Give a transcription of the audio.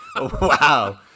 Wow